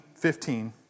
15